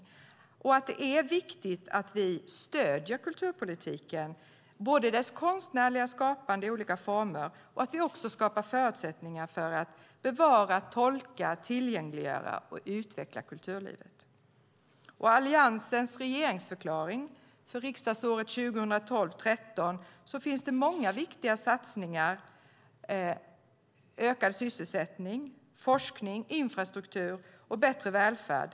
Vi lyfte också fram att det är viktigt att vi stöder kulturpolitiken när det gäller konstnärligt skapande i olika former och att vi skapar förutsättningar för att bevara, tolka, tillgängliggöra och utveckla kulturlivet. I Alliansens regeringsförklaring för riksdagsåret 2012/13 finns det många viktiga satsningar på ökad sysselsättning, forskning, infrastruktur och bättre välfärd.